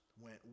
went